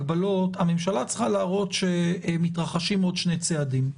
הממשלה צריכה להראות שמתרחשים עוד שני צעדים.